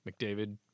McDavid